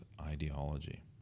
ideology